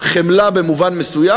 חמלה במובן מסוים.